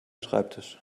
schreibtisch